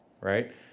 right